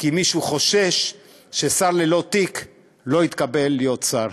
כי מישהו חושש ששר ללא תיק לא יתקבל להיות שר.